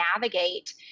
navigate